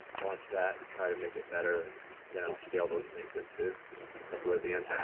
launch that and try to make it better and then i'll scale those things into oblivion.